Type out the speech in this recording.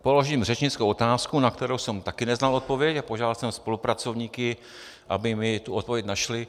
Položím řečnickou otázku, na kterou jsem také neznal odpověď, a požádal jsem spolupracovníky, aby mi tu odpověď našli.